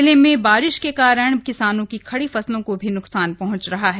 जिले में बारिश के कारण किसानों की खड़ी फसलों को भी न्कसान पहुंच रहा है